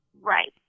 Right